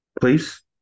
please